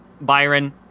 Byron